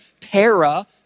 Para